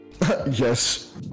Yes